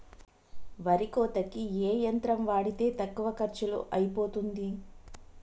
వరి కోతకి ఏ యంత్రం వాడితే తక్కువ ఖర్చులో అయిపోతుంది?